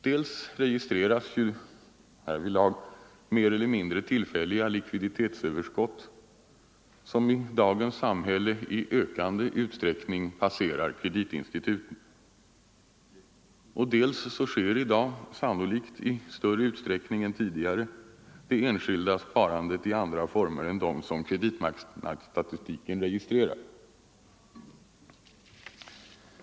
Dels registreras ju härvidlag mer eller mindre tillfälliga likviditetsöverskott som i dagens samhälle i ökad utsträckning passerar kreditinstituten, dels sker i dag, sannolikt i större utsträckning än tidigare, det enskilda sparandet i andra former än dem som kreditmarknadsstatistiken registrerar.